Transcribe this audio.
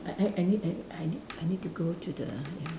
I I I need I need I need I need to go to the ya